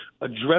Address